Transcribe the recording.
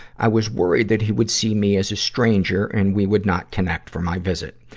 i was worried that he would see me as a stranger and we would not connect for my visit.